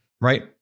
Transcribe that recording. right